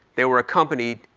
they were accompanied,